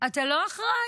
אתה לא אחראי?